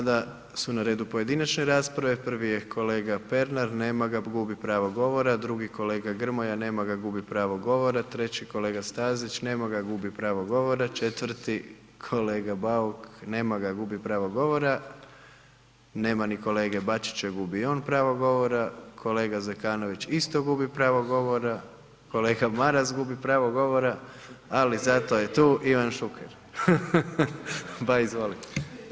Sada su na redu pojedinačne rasprave, prvi je kolega Pernar, nema ga, gubi pravo govora, drugi, kolega Grmoja, nema ga, gubi pravo govora, treći kolega Stazić, nema ga, gubi pravo govora, četvrti kolega Bauk, nema ga, gubi pravo govora, nema ni kolege Bačića, gubi i on pravo govora, kolega Zekanović isto gubi pravo govora, kolega Maras gubi pravo govora, ali zato je tu Ivan Šuker, pa izvolite.